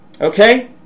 Okay